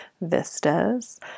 Vistas